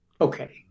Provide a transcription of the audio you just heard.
Okay